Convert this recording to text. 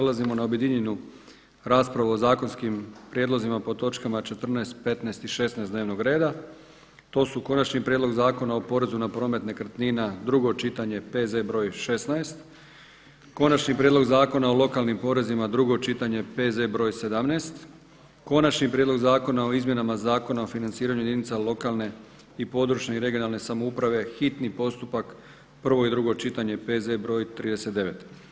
Sada prelazimo na objedinjenu raspravu o zakonskim prijedlozima pod točkama 14., 15. i 16. dnevnoga reda, a to su: - Konačni prijedlog zakona o porezu na promet nekretnina, drugo čitanje, P.Z. br. 16 - Konačni prijedlog zakona o lokalnim porezima, drugo čitanje, P.Z. br. 17 - Konačni prijedlog zakona o izmjenama Zakona o financiranju jedinica lokalne i područne (regionalne) samouprave, hitni postupak, prvo i drugo čitanje, P.Z. br. 39.